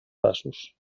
braços